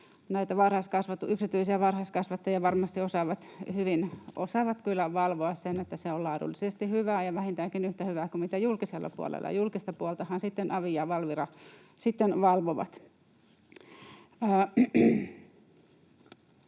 näitä yksityisiä varhaiskasvattajia ja varmasti osaavat kyllä hyvin valvoa, että se on laadullisesti hyvää ja vähintäänkin yhtä hyvää kuin julkisella puolella. Julkista puoltahan sitten avi ja Valvira valvovat.